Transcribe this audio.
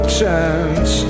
chance